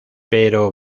pero